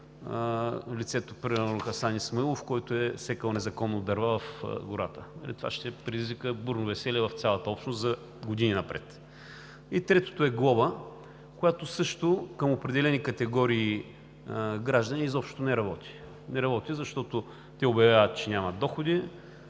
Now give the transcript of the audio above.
лицето – примерно Хасан Исмаилов, който е сякъл незаконно дърва в гората. Това ще предизвика бурно веселие в цялата общност за години напред. Третото е глоба, която също към определени категории граждани изобщо не работи. Не работи, защото те обявяват, че нямат доходи.